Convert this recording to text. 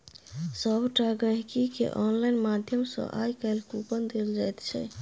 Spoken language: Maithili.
सभटा गहिंकीकेँ आनलाइन माध्यम सँ आय काल्हि कूपन देल जाइत छै